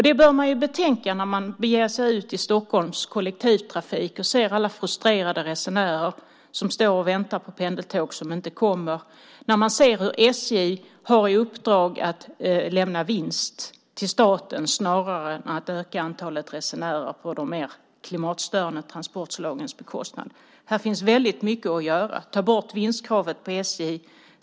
Det bör man betänka när man beger sig ut i Stockholms kollektivtrafik och ser alla frustrerade resenärer som står och väntar på pendeltåg som inte kommer, samtidigt som SJ har i uppdrag att lämna vinst till staten snarare än att öka antalet resenärer på bekostnad av de mer klimatstörande transportslagen. Här finns väldigt mycket att göra. Ta bort vinstkravet på SJ!